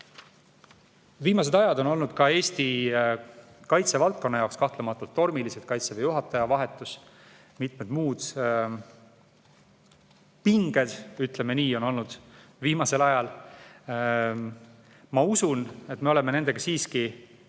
Viimased ajad on olnud ka Eesti kaitsevaldkonna jaoks kahtlematult tormilised. Kaitseväe juhataja vahetus ja mitmed muud pinged, ütleme nii, on viimasel ajal olnud. Ma usun, et me oleme nendega siiski